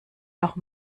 noch